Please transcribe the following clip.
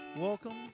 Welcome